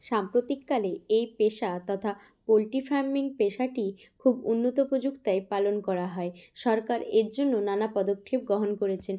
সাম্প্রতিককালে এই পেশা তথা পোলট্রি ফার্মিং পেশাটি খুব উন্নত প্রযুক্তিয়ে পালন করা হয় সরকার এর জন্য নানা পদক্ষেপ গ্রহণ করেছেন